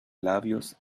labios